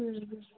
হুম হুম